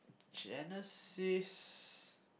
Genesis